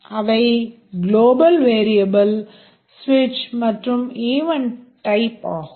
அவை global variable ஸ்விட்ச் மற்றும் ஈவென்ட் டைப் ஆகும்